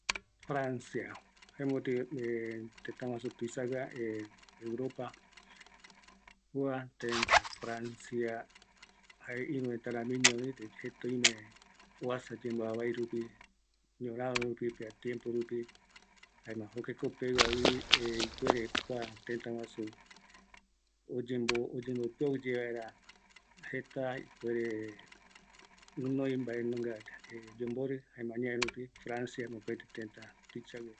Francia, ïru tëtäreta ramiñovi, oikovi yemboavai rupi, ñoraro, kua tëtäpe oesauka arakua supe, jare oikatu rupi oñemopuaye vaera jukurai añaverupi oyesa vaera teta ikavigue, jare opaete oendu kua tetaregua ikavirupi